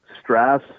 stress